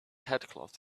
headcloth